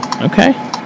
Okay